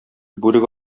бүрек